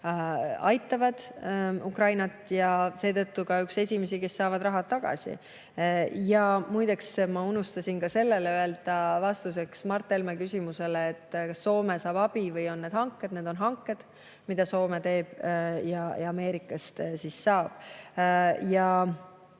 aidanud, ja seetõttu oleme ka üks esimesi, kes saab raha tagasi. Muide, ma unustasin seda öelda vastuseks Mart Helme küsimusele, kas Soome saab abi või on need hanked: need on hanked, mida Soome teeb, ja Ameerikast siis saab.